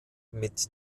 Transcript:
mit